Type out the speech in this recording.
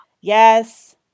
Yes